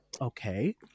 okay